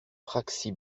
praxi